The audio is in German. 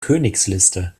königsliste